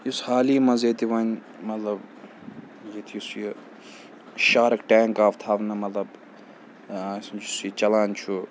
یُس حالی منٛز ییٚتہِ وَنۍ مطلب ییٚتہِ یُس یہِ شارٕک ٹینک آو تھاونہٕ مطلب یُس یہِ چَلان چھُ